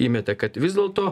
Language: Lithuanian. įmetė kad vis dėlto